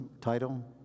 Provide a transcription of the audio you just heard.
title